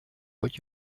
but